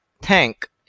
tank